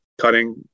cutting